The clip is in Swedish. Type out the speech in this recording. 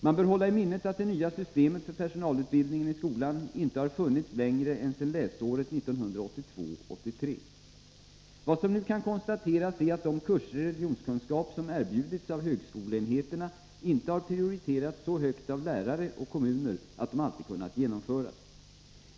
Man bör hålla i minnet att det nya systemet för personalutbildningen i skolan inte har funnits längre än sedan läsåret 1982/83. Vad som nu kan konstateras är att de kurser i religionskunskap som erbjudits av högskoleenheterna inte har prioriterats så högt av lärare och kommuner att de alltid kunnat genomföras.